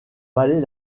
valait